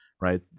right